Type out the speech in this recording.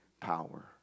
power